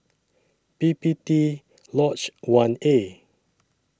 P P T Lodge one A